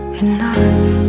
enough